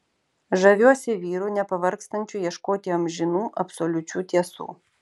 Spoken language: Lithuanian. žaviuosi vyru nepavargstančiu ieškoti amžinų absoliučių tiesų